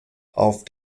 auf